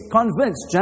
convinced